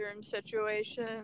situation